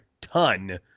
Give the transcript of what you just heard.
ton